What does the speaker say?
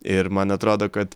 ir man atrodo kad